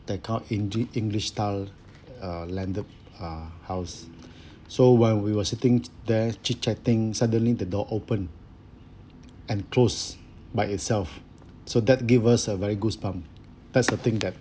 that kind of engli~ english style uh landed uh house so when we were sitting there chit-chatting suddenly the door open and close by itself so that give us a very goosebumps that's the thing that